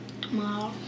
Tomorrow